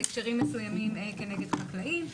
בהקשרים מסוימים נגד חקלאים.